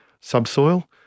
subsoil